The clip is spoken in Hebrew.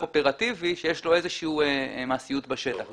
אופרטיבי שיש לו איזושהי מעשיות בשטח.